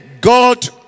God